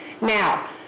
Now